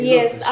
Yes